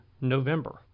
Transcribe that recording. November